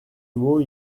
mot